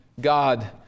God